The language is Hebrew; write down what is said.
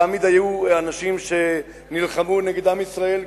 תמיד היו אנשים שנלחמו נגד עם ישראל,